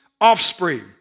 offspring